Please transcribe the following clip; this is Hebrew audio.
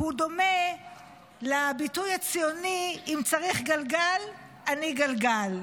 דומה לביטוי הציוני: אם צריך גלגל, אני גלגל.